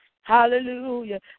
Hallelujah